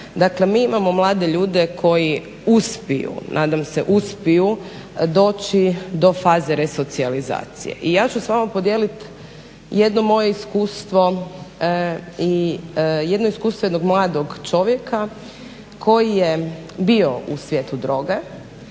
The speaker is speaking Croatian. Dakle, mi imao mlade ljude koji uspio, nadam se uspiju doći do faze resocijalizacije. I ja ću s vama podijelit jedno moje iskustvo i jedno iskustvo jednog mladog čovjeka koji je bio u svijetu droge,